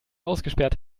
ausgesperrt